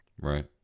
Right